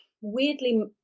weirdly